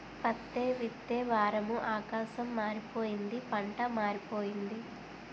పత్తే విత్తే వారము ఆకాశం మారిపోయింది పంటా మారిపోయింది